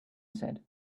said